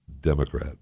Democrat